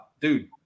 Dude